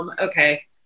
Okay